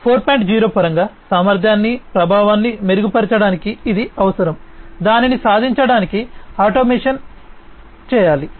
0 పరంగా సామర్థ్యాన్ని ప్రభావాన్ని మెరుగుపరచడానికి ఇది అవసరం దానిని సాధించటానికి ఆటోమేషన్ పోయాలి